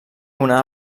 una